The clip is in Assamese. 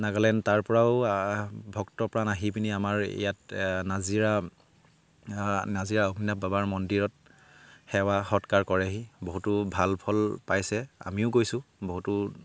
নাগালেণ্ড তাৰ পৰাও ভক্ত প্ৰাণ আহি পিনি আমাৰ ইয়াত নাজিৰা নাজিৰা অগ্নিনাভ বাবাৰ মন্দিৰত সেৱা সৎকাৰ কৰেহি বহুতো ভাল ফল পাইছে আমিও গৈছোঁ বহুতো